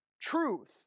Truth